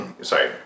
Sorry